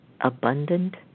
abundant